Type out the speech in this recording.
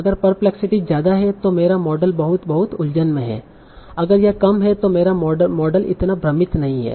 अगर परप्लेक्सिटी ज्यादा है तो मेरा मॉडल बहुत बहुत उलझन में है अगर यह कम है तो मेरा मॉडल इतना भ्रमित नहीं है